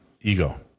ego